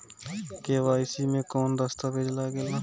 KYC मे कौन दश्तावेज लागेला?